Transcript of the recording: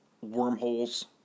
wormholes